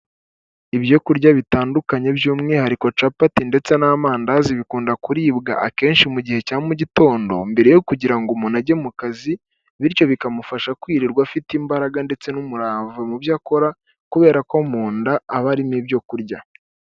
Ibyokurya bitandukanye by'umwihariko capati ndetse n'amandazi bikunda kuribwa akenshi mu gihe cya mugitondo mbere yo kugira ngo umuntu ajye mu kazi bityo bikamufasha kwirirwa afite imbaraga ndetse n'umurava mu byo akora kubera ko m,unda haba harimo ibyoku kurya.